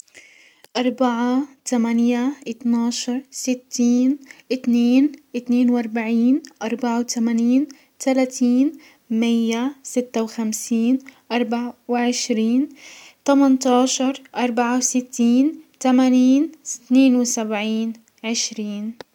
اربعة، تمانية، اتنى عشر، ستين، اتنينن اتنين واربعين، اربعة وتمانينن، تلاتينن مية، ستة وخمسين، اربعة وعشرين، تمانيةعشر، اربعة وستين، تمانين، اتنين و سبعينن عشرين.